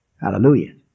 Hallelujah